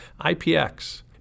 IPX